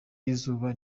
y’izuba